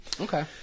Okay